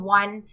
one